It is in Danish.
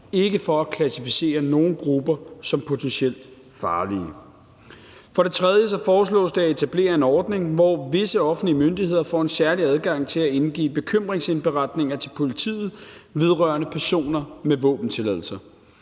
ikke for at klassificere nogen grupper som potentielt farlige. For det tredje foreslås det at etablere en ordning, hvor visse offentlige myndigheder får en særlig adgang til at indgive bekymringsindberetninger til politiet vedrørende personer med våbentilladelser.